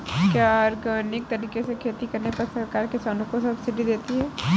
क्या ऑर्गेनिक तरीके से खेती करने पर सरकार किसानों को सब्सिडी देती है?